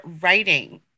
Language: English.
writing